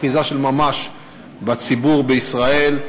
אחיזה של ממש בציבור בישראל,